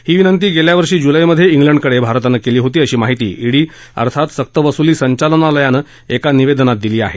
ही विनंती गेल्या वर्षी जुलैमध्ये ख्लिंडकडे भारतानं केली होती अशी माहिती ईडी अर्थात सक्त वसुली संचालनालयानं एका निवेदनात दिली आहे